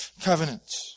covenant